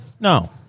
No